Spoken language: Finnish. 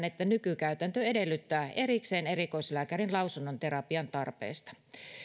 että nykykäytäntö edellyttää erikseen erikoislääkärin lausunnon terapian tarpeesta